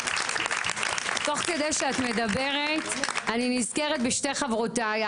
תוך כדי שאת מדברת אני נזכרת בשתי חברותי,